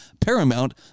Paramount